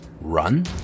run